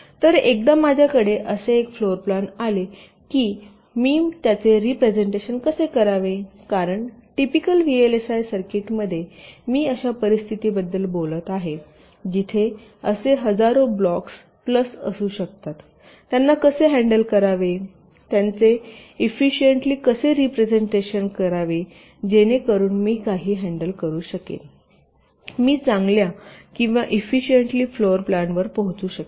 तर एकदा माझ्याकडे असे एक फ्लोरप्लान आले की मी त्याचे रिप्रेझेन्टेशन कसे करावे कारण टिपिकल व्हीएलएसआय सर्किटमध्ये मी अशा परिस्थितीबद्दल बोलत आहे जिथे असे हजारो ब्लॉक्स प्लस असू शकतात त्यांना कसे हॅण्डल करावेत्यांचे इफिसिएंटली कसे रिप्रेझेन्टेशन करावे जेणेकरुन मी काही हॅण्डल करू शकेन मी चांगल्या किंवा इफिसिएंटली फ्लोरप्लानवर पोहोचू शकेन